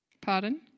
Pardon